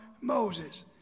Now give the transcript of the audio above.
Moses